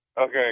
Okay